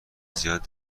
زیاد